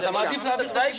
אתה מעדיף להעביר את הקיבוץ,